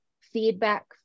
feedback